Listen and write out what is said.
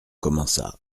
commença